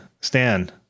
Stan